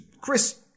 Chris